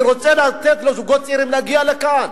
אני רוצה לתת לזוגות צעירים להגיע לכאן.